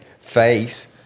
face